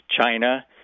China